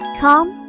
come